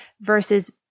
versus